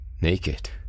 naked